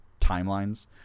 timelines